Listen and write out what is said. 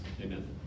Amen